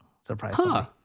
Surprisingly